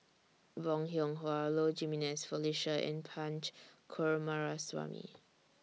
Bong Hiong Hwa Low Jimenez Felicia and Punch Coomaraswamy